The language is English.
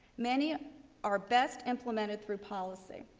many are best implemented through policy.